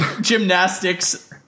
Gymnastics